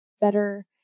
Better